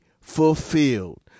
fulfilled